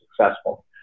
successful